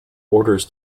orders